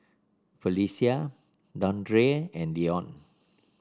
Phylicia Dandre and Leon